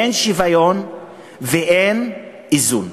אין שוויון ואין איזון.